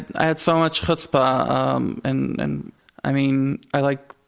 i had so much chutzpa, um and and i mean, i like,